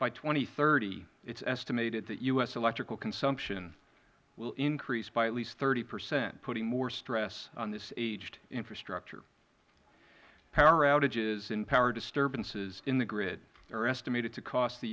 and thirty it is estimated that u s electrical consumption will increase at least thirty percent putting more stress on this aged infrastructure power outage and power disturbances in the grid are estimated to cost the